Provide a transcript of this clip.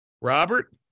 Robert